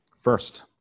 first